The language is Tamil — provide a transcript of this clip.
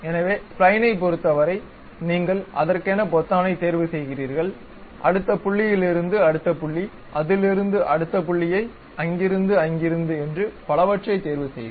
எனவே ஸ்ப்லைனைப் பொறுத்தவரை நீங்கள் அதற்கான பொத்தானைத் தேர்வுசெய்கிறீர்கள் அடுத்த புள்ளியில் இருந்து அடுத்த புள்ளி அதிலுருந்து அடுத்த புள்ளியை அங்கிருந்து அங்கிருந்து என்று பலவற்றைத் தேர்வுசெய்க